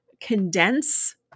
condense